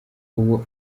ubu